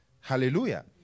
Hallelujah